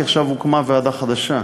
כי עכשיו הוקמה ועדה חדשה.